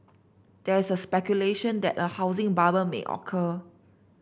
there is speculation that a housing bubble may occur